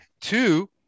Two